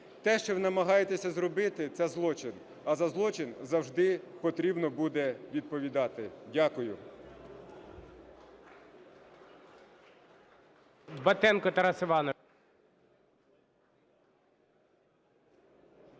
Те, що ви намагаєтесь зробити, це злочин, а за злочин завжди потрібно буде відповідати. Дякую.